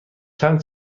چند